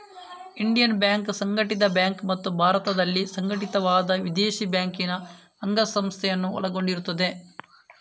Indian banks ಸಂಘಟಿತ bank ಮತ್ತು ಭಾರತದಲ್ಲಿ ಸಂಘಟಿತವಾದ ವಿದೇಶಿ ಬ್ಯಾಂಕಿನ ಅಂಗಸಂಸ್ಥೆಯನ್ನು ಒಳಗೊಂಡಿರುತ್ತದೆ